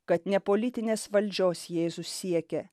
kad ne politinės valdžios jėzus siekia